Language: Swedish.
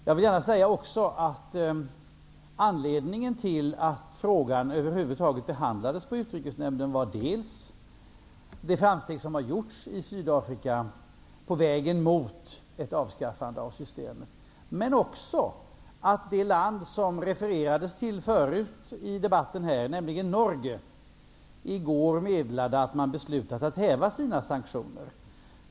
Jag vill också säga att anledningen till att frågan över huvud taget behandlades i Utrikesnämnden dels var de framsteg som gjorts i Sydafrika på vägen mot ett avskaffande av systemet, dels att det land som det refererades till förut här i debatten, nämligen Norge, i går meddelade att man hade beslutat att häva sina sanktioner.